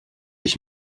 ich